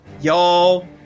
y'all